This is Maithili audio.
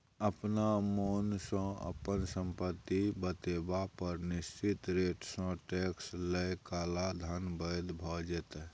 अपना मोनसँ अपन संपत्ति बतेबा पर निश्चित रेटसँ टैक्स लए काला धन बैद्य भ जेतै